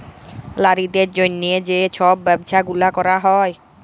লারিদের জ্যনহে যে ছব ব্যবছা গুলা ক্যরা হ্যয়